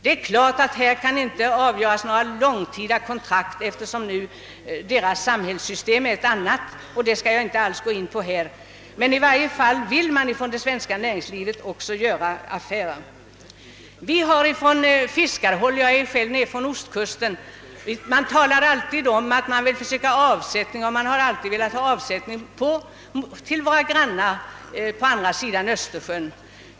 Det är klart att några långtidskontrakt inte kan upprättas, eftersom Östtysklands samhällssystem är ett annat än vårt — en sak som jag inte skall gå närmare in på. Men i varje fall vill det svenska näringslivet också göra affärer med Östtyskland. Jag är ju själv nerifrån ostkusten, och jag vet mycket väl att fiskarna vill finna avsättning för sina produkter hos våra grannar på andra sidan Östersjön.